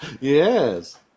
yes